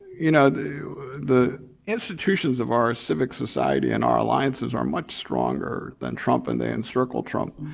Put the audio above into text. you know the the institutions of our civic society and our alliances are much stronger than trump and then encircle trump.